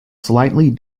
slightly